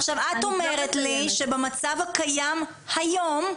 עכשיו את אומרת לי שבמצב הקיים היום,